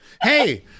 hey